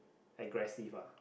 aggressive ah